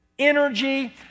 energy